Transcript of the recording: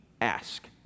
ask